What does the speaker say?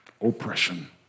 oppression